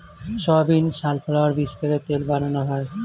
soybean, sunflower বীজ থেকে তেল বানানো হয়